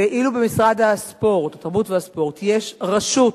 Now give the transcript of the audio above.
ואילו במשרד התרבות והספורט יש רשות